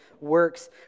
works